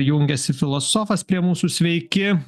jungiasi filosofas prie mūsų sveiki